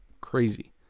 crazy